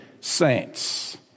saints